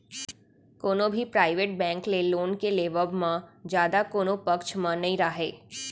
कोनो भी private bank ले लोन के लेवब म जादा कोनो पक्छ म नइ राहय